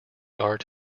art